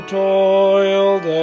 toiled